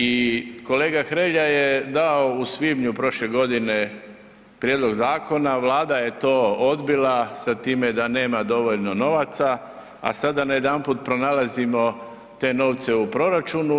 I kolega Hrelja je dao u svibnju prošle godine prijedlog zakona, Vlada je to odbila sa time da nema dovoljno novaca, a sada najedanput pronalazimo te novce u proračunu.